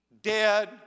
dead